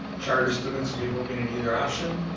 charter students will be moving in either option.